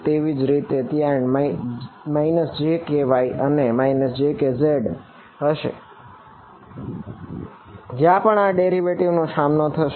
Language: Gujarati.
તેવીજ રીતે ત્યાં jky અને jkz હશે જ્યાંપણ આ ડેરિવેટિવ્ઝ નો સામનો થશે